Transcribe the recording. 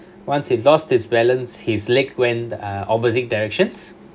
once he lost his balance his leg went uh opposite directions